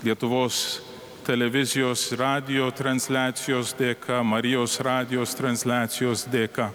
lietuvos televizijos radijo transliacijos dėka marijos radijos transliacijos dėka